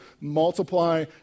multiply